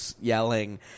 yelling